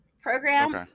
program